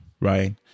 Right